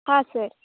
ಹಾಂ ಸರ್